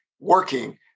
working